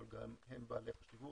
אבל גם הם בעלי חשיבות,